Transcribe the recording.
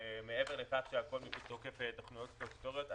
מעבר לכך שהכול מתוקף תוכניות סטטוטוריות,